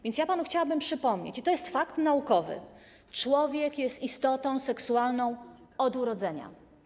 Więc ja chciałabym panu przypomnieć - i to jest fakt naukowy - że człowiek jest istotą seksualną od urodzenia.